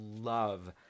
love